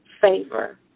favor